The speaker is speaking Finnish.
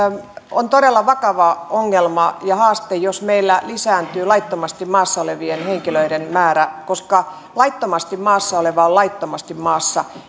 on todella vakava ongelma ja haaste jos meillä lisääntyy laittomasti maassa olevien henkilöiden määrä koska laittomasti maassa oleva on laittomasti maassa